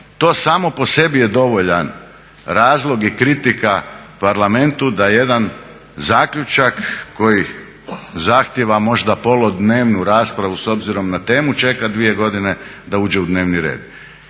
To samo po sebi je dovoljan razlog i kritika Parlamentu da jedan zaključak koji zahtijeva možda poludnevnu raspravu s obzirom na temu čeka 2 godine da uđe u dnevni red.